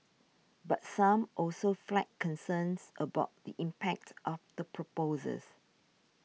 but some also flagged concerns about the impact of the proposals